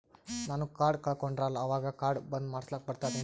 ನಾನು ಕಾರ್ಡ್ ಕಳಕೊಂಡರ ಅವಾಗ ಕಾರ್ಡ್ ಬಂದ್ ಮಾಡಸ್ಲಾಕ ಬರ್ತದೇನ್ರಿ?